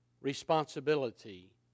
responsibility